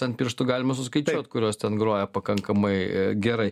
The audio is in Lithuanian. ant pirštų galima suskaičiuoti kurios ten groja pakankamai gerai